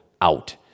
out